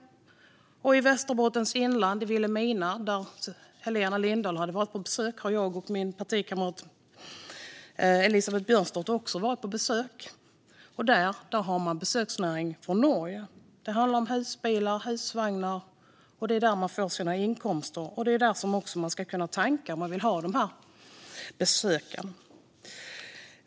Helena Lindahl hade varit på besök i Västerbottens inland, i Vilhelmina, och där har även jag och min partikamrat Elisabeth Björnsdotter varit på besök. Där har man besöksnäring för folk från Norge, som kommer i husbilar och husvagnar. Det är så man får sina inkomster, och om man vill ha de här besökarna måste de kunna tanka.